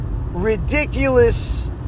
ridiculous